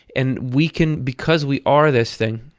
and we can, because we are this thing,